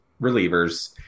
relievers